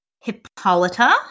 Hippolyta